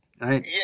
right